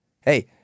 Hey